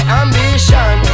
ambition